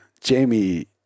Jamie